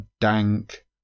Dank